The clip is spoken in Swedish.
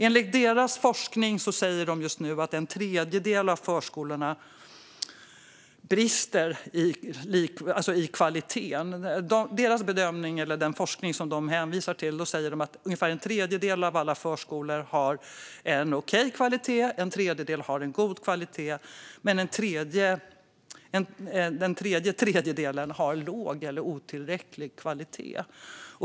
Enligt den forskning som de hänvisar till brister en tredjedel av förskolorna i kvalitet. Ungefär en tredjedel av alla förskolor har okej kvalitet och en tredjedel har god kvalitet, men den tredje tredjedelen har låg eller otillräcklig kvalitet.